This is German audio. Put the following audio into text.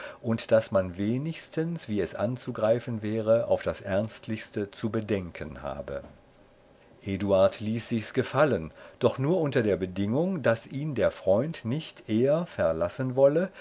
und daß man wenigstens wie es anzugreifen wäre auf das ernstlichste zu bedenken habe eduard ließ sichs gefallen doch nur unter der bedingung daß ihn der freund nicht eher verlassen wolle